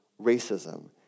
racism